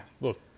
Look